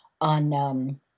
on